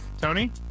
Tony